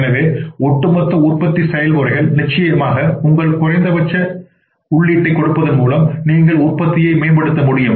எனவே ஒட்டுமொத்த உற்பத்தி செயல்முறைகள் நிச்சயமாக உங்கள் குறைந்தபட்ச குறைந்தபட்ச உள்ளீட்டைக் கொடுப்பதன் மூலம் நீங்கள் உற்பத்தியை மேம்படுத்த முடியும்